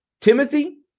Timothy